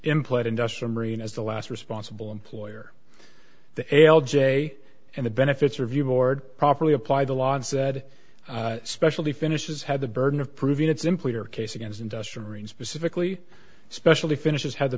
employed in dust from marine as the last responsible employer the l j and the benefits review board properly apply the law and said specialty finishes have the burden of proving it simply or case against industrial green specifically especially finishes have the